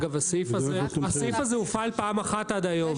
אגב, הסעיף הזה הופעל פעם אחת עד היום.